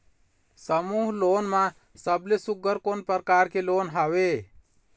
समूह लोन मा सबले सुघ्घर कोन प्रकार के लोन हवेए?